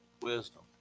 Wisdom